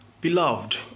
Beloved